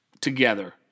together